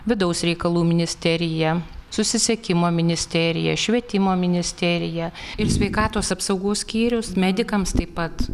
vidaus reikalų ministerija susisiekimo ministerija švietimo ministerija ir sveikatos apsaugos skyrius medikams taip pat